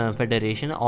federation